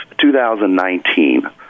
2019